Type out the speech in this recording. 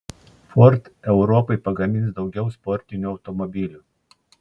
ford europai pagamins daugiau sportinių automobilių